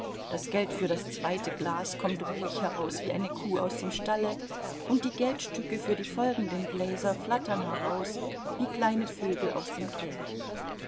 das geld für das zweite glas kommt ruhig heraus wie eine kuh aus dem stalle und die geldstücke für die folgenden gläser flattern heraus wie kleine vögel aus dem käfig